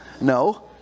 No